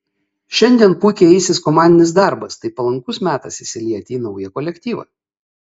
šiandien puikiai eisis komandinis darbas tai palankus metas įsilieti į naują kolektyvą